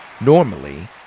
Normally